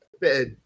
bit